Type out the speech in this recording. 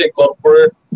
corporate